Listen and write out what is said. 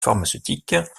pharmaceutiques